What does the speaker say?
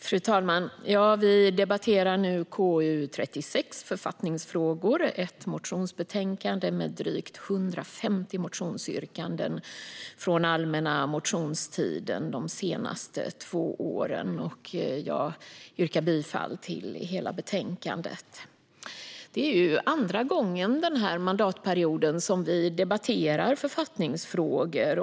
Fru talman! Vi debatterar nu KU36 Författningsfrågor . Det är ett motionsbetänkande som behandlar drygt 150 motionsyrkanden från den allmänna motionstiden de senaste två åren. Jag yrkar bifall till förslaget i betänkandet. Detta är andra gången under denna mandatperiod som vi debatterar författningsfrågor.